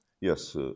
Yes